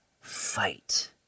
Fight